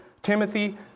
Timothy